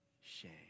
shame